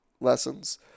lessons